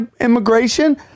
immigration